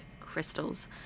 crystals